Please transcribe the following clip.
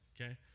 okay